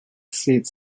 states